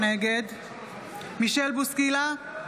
נגד מישל בוסקילה,